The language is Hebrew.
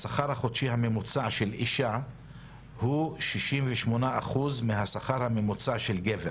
השכר החודשי הממוצע של אישה הוא 68% מהשכר הממוצע של גבר